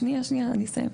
שנייה, שנייה, אני אסיים.